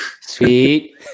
Sweet